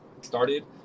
started